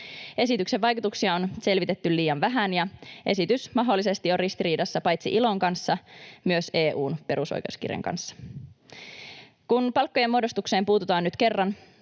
Esityksen vaikutuksia on selvitetty liian vähän, ja esitys mahdollisesti on ristiriidassa paitsi ILOn kanssa myös EU:n perusoikeuskirjan kanssa. Kun palkkojen muodostukseen puututaan nyt kerran,